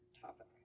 topic